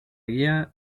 guía